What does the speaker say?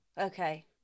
Okay